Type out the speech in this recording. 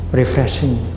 refreshing